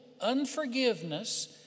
unforgiveness